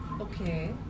Okay